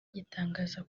gitangaza